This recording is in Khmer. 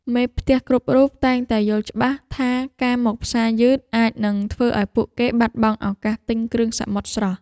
មេផ្ទះគ្រប់រូបតែងតែយល់ច្បាស់ថាការមកផ្សារយឺតអាចនឹងធ្វើឱ្យពួកគេបាត់បង់ឱកាសទិញគ្រឿងសមុទ្រស្រស់។